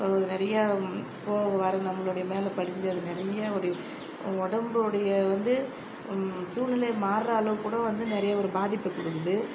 நிறைய போக வர நம்மளோடய மேலே படிஞ்சு அது நிறைய ஒரு உடம்போடைய வந்து சூழ்நிலை மாறுகிற அளவுக்கு கூட வந்து நிறைய ஒரு பாதிப்பை கொடுக்குது